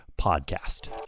podcast